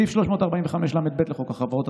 2. סעיף 345לב לחוק החברות,